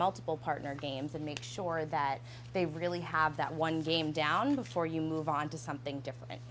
multiple partner games and make sure that they really have that one game down before you move on to something